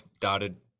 dotted